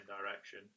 direction